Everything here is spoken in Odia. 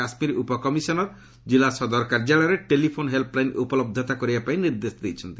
କାଶ୍ମୀର ଉପକମିଶନର ଜିଲ୍ଲା ସଦର କାର୍ଯ୍ୟାଳୟରେ ଟେଲିଫୋନ୍ ହେଲପ୍ଲାଇନ୍ ଉପଲବ୍ଧତା କରାଇବା ପାଇଁ ନିର୍ଦ୍ଦେଶ ଦେଇଛି